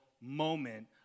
moment